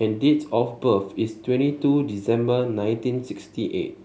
and date of birth is twenty two December nineteen sixty eight